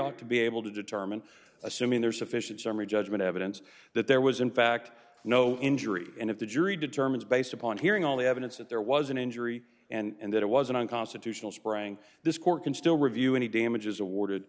ought to be able to determine assuming there's sufficient summary judgment evidence that there was in fact no injury and if the jury determines based upon hearing all the evidence that there was an injury and that it was an unconstitutional spring this court can still review any damages awarded